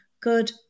good